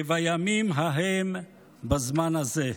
כבימים ההם בזמן הזה.